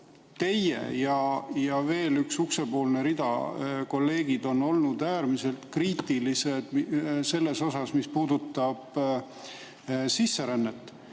teie ja veel üks uksepoolne rida kolleege on olnud äärmiselt kriitilised selle suhtes, mis puudutab sisserännet,